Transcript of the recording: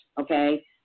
Okay